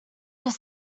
his